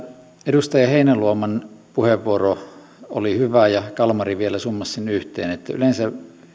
edustaja heinäluoman puheenvuoro oli hyvä ja kalmari vielä summasi sen yhteen että yleensä